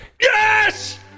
Yes